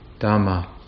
Dhamma